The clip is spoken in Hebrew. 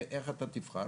ואיך אתה תבחר?